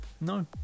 No